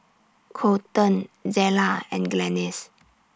Colten Zella and Glennis